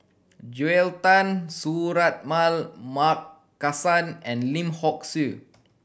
Joel Tan Suratman Markasan and Lim Hock Siew